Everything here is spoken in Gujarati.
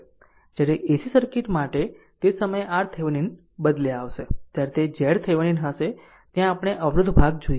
જ્યારે AC સર્કિટ તે સમયે RTheveninને બદલે આવશે ત્યારે તે zThevenin હશે કે ત્યાં આપણે અવરોધ ભાગ જોશું